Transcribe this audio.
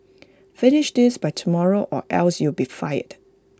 finish this by tomorrow or else you'll be fired